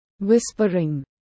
Whispering